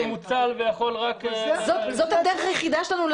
לא משנה אם -- -מוצר --- זאת הדרך היחידה שלנו.